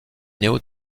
néo